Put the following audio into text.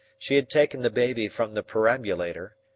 she had taken the baby from the perambulator,